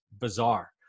bizarre